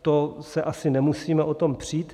To se asi nemusíme o tom přít.